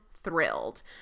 thrilled